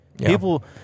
People